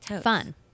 Fun